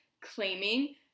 claiming